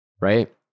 right